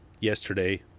yesterday